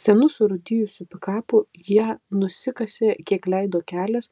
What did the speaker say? senu surūdijusiu pikapu jie nusikasė kiek leido kelias